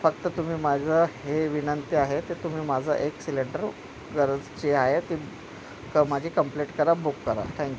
फक्त तुम्ही माझं हे विनंती आहे ते तुम्ही माझा एक सिलेंडर गरज जी आहे ती क माझी कंप्लीट करा बुक करा थँक्यू